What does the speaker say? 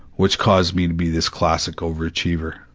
which caused me to be this classic overachiever,